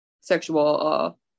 sexual